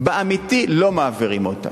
באמת, לא מעבירים אותה.